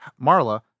Marla